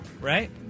right